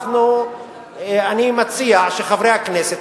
אני מציע שחברי הכנסת,